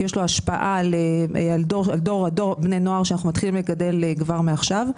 יש לו השפעה על בני נוער שאנחנו מתחילים לגדל כבר מעכשיו.